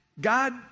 God